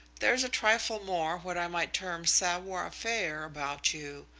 there's a trifle more what i might term savoir faire, about you.